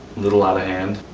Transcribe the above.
little out of hand,